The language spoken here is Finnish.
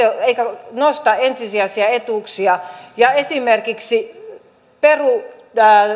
eikä nosta ensisijaisia etuuksia ja esimerkiksi peru